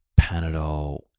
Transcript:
Panadol